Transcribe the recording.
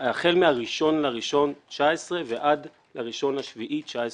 החל מה-1 בינואר 2019 ועד ל-1 ביולי 2019,